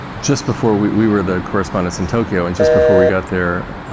just before, we we were the correspondents in tokyo and just before we got there,